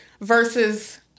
versus